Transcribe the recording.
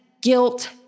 guilt